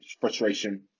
frustration